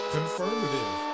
Confirmative